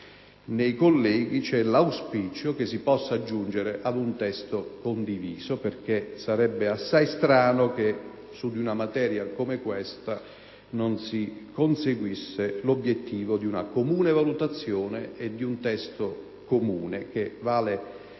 nei colleghi vi è l'auspicio che si possa giungere a un testo condiviso, perché sarebbe assai strano che su una materia come questa non si conseguisse l'obiettivo di una valutazione condivisa e di un testo comune, che